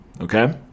okay